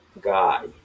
guy